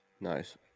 Nice